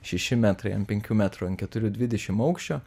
šeši metrai ant penkių metrų ant keturių dvidešim aukščio